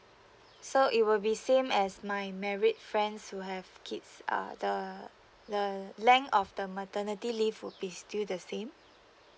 so it will be same as my marriage friends who have kids uh the the length of the maternity leave would be still the same